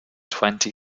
twenty